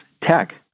tech